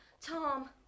tom